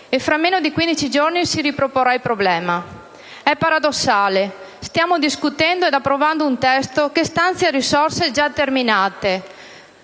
e fra meno di quindici giorni si riproporrà il problema. È paradossale: stiamo discutendo ed approvando un testo che stanzia risorse già terminate.